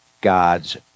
God's